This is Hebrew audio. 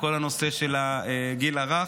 בכל הנושא של הגיל הרך.